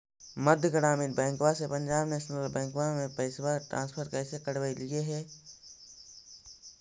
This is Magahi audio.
मध्य ग्रामीण बैंकवा से पंजाब नेशनल बैंकवा मे पैसवा ट्रांसफर कैसे करवैलीऐ हे?